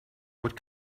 what